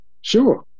Sure